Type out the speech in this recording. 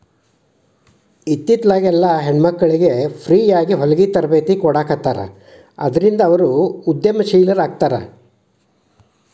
ಇತ್ತಿತ್ಲಾಗೆಲ್ಲಾ ಹೆಣ್ಮಕ್ಳಿಗೆ ಫ್ರೇಯಾಗಿ ಹೊಲ್ಗಿ ತರ್ಬೇತಿ ಕೊಡಾಖತ್ತಾರ ಅದ್ರಿಂದ ಅವ್ರು ಉದಂಶೇಲರಾಕ್ಕಾರ